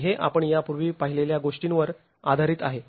आणि हे आपण यापूर्वी पाहिलेल्या गोष्टींवर आधारित आहे